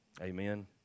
Amen